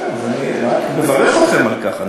בסדר, אני מברך אתכם על כך.